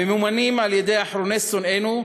הממומנים על-ידי אחרוני שונאינו,